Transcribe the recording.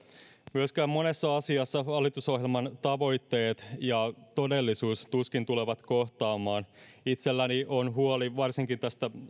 monessa asiassa hallitusohjelman tavoitteet ja todellisuus tuskin tulevat myöskään kohtaamaan itselläni on huoli varsinkin